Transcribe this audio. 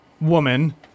woman